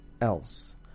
else